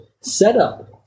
setup